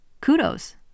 Kudos